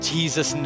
Jesus